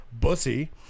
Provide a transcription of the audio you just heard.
Bussy